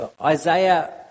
Isaiah